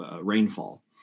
rainfall